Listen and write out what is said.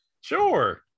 Sure